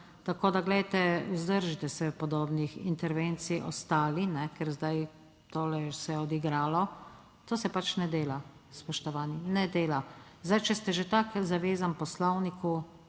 Tako, da glejte, vzdržite se podobnih intervencij ostali, ker zdaj tole se je odigralo. To se pač ne dela, spoštovani, ne dela. Zdaj, če ste že tako zavezan Poslovniku,